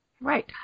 right